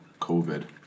COVID